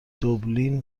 دوبلین